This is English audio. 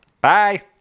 bye